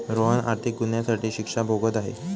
रोहन आर्थिक गुन्ह्यासाठी शिक्षा भोगत आहे